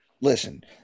Listen